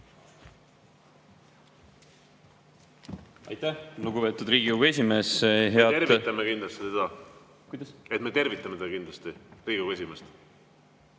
Aitäh, lugupeetud Riigikogu esimees! Me tervitame kindlasti teda. Kuidas? Me tervitame teda kindlasti, Riigikogu esimeest.